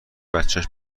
بچش